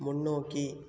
முன்னோக்கி